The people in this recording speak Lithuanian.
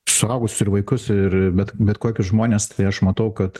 suaugusius ir vaikus ir bet bet kokius žmones tai aš matau kad